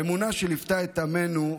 האמונה שליוותה את עמנו,